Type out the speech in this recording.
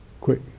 quick